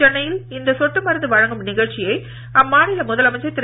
சென்னையில் இந்த சொட்டு மருந்து வழங்கும் நிகழ்ச்சியை அம்மாநில முதலமைச்சர் திரு